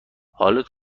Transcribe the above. حالت